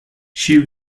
she